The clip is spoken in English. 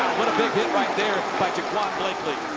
what a big hit like there by blakely.